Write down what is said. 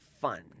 fun